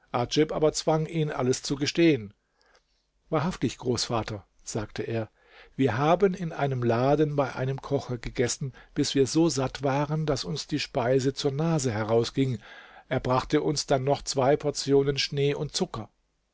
aber zwang ihn alles zu gestehen wahrhaftig großvater sagte er wir haben in einem laden bei einem koche gegessen bis wir so satt waren daß uns die speise zur nase herausging er brachte uns dann noch zwei portionen schnee und zucker